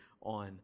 on